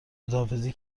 خداحافظی